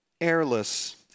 airless